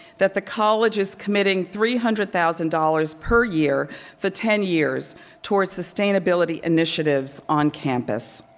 that the college is committing three hundred thousand dollars per year for ten years toward sustainability initiatives on campus.